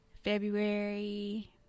February